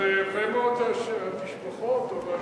זה יפה מאוד, התשבחות, אבל